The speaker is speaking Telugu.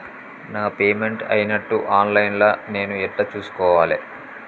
నా పేమెంట్ అయినట్టు ఆన్ లైన్ లా నేను ఎట్ల చూస్కోవాలే?